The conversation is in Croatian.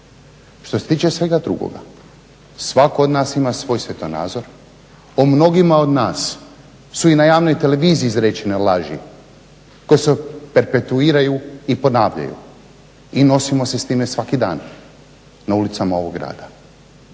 Što se tiče svega drugoga svatko od nas ima svoj svjetonazor. O mnogima od nas su i na javnoj televiziji izrečene laži koje se perpetuiraju i ponavljaju i nosimo se s time svaki dan na ulicama ovog grada.